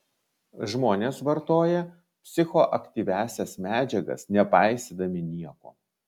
žmonės vartoja psichoaktyviąsias medžiagas nepaisydami nieko